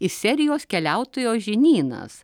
iš serijos keliautojo žinynas